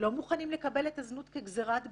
לא מוכנים לקבל את הזנות כגזירת גורל,